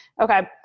Okay